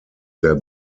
der